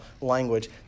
language